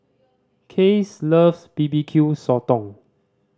Case loves B B Q Sotong